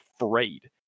afraid